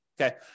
Okay